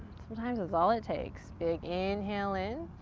sometimes that's all it takes. big inhale in.